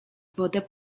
wodę